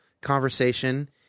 conversation